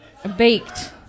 Baked